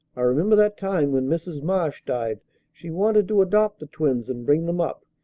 i remember that time when mrs. marsh died she wanted to adopt the twins and bring them up.